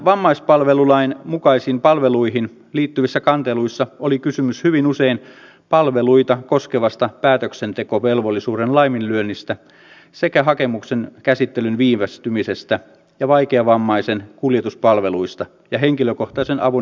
vammaispalvelulain mukaisiin palveluihin liittyvissä kanteluissa oli hyvin usein kysymys palveluita koskevasta päätöksentekovelvollisuuden laiminlyönnistä sekä hakemuksen käsittelyn viivästymisestä ja vaikeavammaisen kuljetuspalveluista ja henkilökohtaisen avun järjestämisestä